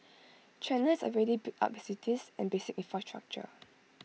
China has already built up its cities and basic infrastructure